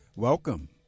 Welcome